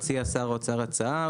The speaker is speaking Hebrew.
הציע שר האוצר הצעה,